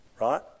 Right